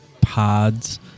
Pods